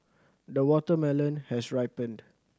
the watermelon has ripened